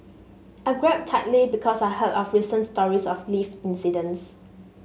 I grabbed tightly because I heard of recent stories of lift incidents